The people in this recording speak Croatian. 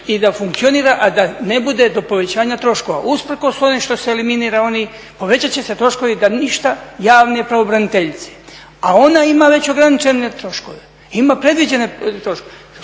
i da funkcionira, a da ne bude do povećanja troškova, usprkos onim što se eliminira oni, povećat će se troškovi da ništa … pravobraniteljici, a ona ima već ograničene troškove. Ima predviđene troškove.